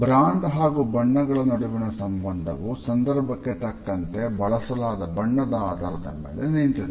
brand ಹಾಗೂ ಬಣ್ಣಗಳ ನಡುವಿನ ಸಂಬಂಧವು ಸಂದರ್ಭಕ್ಕೆ ತಕ್ಕಂತೆ ಬಳಸಲಾದ ಬಣ್ಣದ ಆಧಾರದ ಮೇಲೆ ನಿಂತಿದೆ